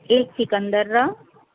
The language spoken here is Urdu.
ایک چکن درا